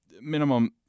minimum